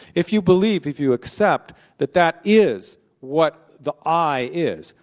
if you believe, if you accept that that is what the i is,